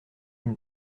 une